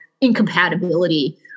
incompatibility